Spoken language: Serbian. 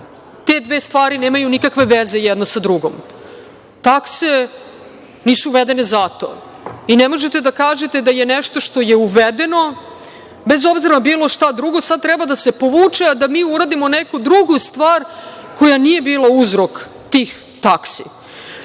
Te dve stvari nemaju nikakve veze jedno sa drugom. Takse nisu uvedene zato i ne možete da kažete da je nešto što je uvedeno, bez obzira na bilo šta drugo sada treba da se povuče, a da mi uradimo neku drugu stvar koja nije bila uzrok tih taksi. Jedino